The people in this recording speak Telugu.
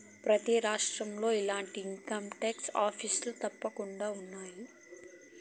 ప్రతి రాష్ట్రంలో ఇలాంటి ఇన్కంటాక్స్ ఆఫీసులు తప్పకుండా ఉన్నాయి